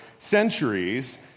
Centuries